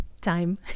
time